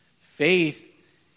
Faith